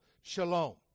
shalom